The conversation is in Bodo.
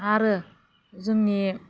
आरो जोंनि